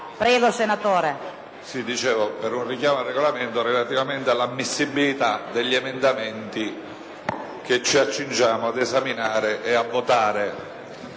Prego, senatore